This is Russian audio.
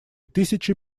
тысячи